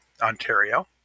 Ontario